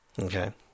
okay